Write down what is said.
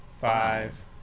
five